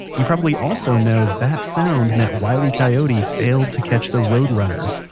you probably also know that sound meant wile e coyote failed to catch the road runner.